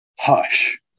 hush